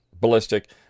ballistic